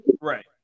Right